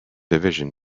division